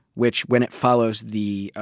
which when it follows the, ah,